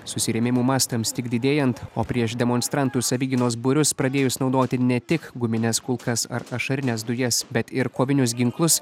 susirėmimų mastams tik didėjant o prieš demonstrantų savigynos būrius pradėjus naudoti ne tik gumines kulkas ar ašarines dujas bet ir kovinius ginklus